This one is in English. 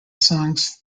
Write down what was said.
songs